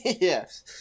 yes